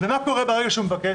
ומה קורה ברגע שהוא מבקש?